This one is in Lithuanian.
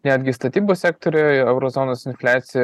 netgi statybų sektoriuje euro zonos infliacija